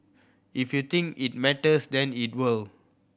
if you think it matters then it will